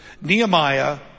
Nehemiah